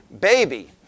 baby